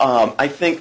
i think